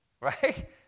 right